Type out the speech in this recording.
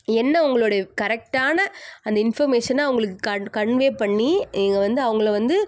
என்ன உங்களுடைய கரெக்டான அந்த இன்ஃபர்மேஷனை அவங்களுக்கு கன்வே பண்ணி நீங்கள் வந்து அவங்கள வந்து